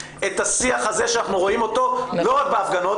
את השיח הזה שאנחנו רואים אותו ולא רק בהפגנות